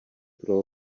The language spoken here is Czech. pro